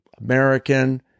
American